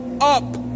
up